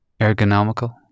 ergonomical